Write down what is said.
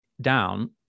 down